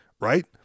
right